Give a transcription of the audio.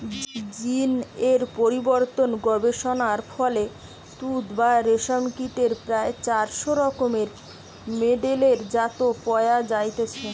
জীন এর পরিবর্তন গবেষণার ফলে তুত বা রেশম কীটের প্রায় চারশ রকমের মেডেলের জাত পয়া যাইছে